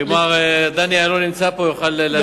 מר דני אילון נמצא פה, הוא יוכל להשלים.